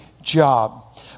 job